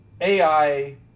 AI